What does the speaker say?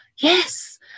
yes